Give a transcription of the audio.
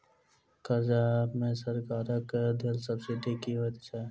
कर्जा मे सरकारक देल सब्सिडी की होइत छैक?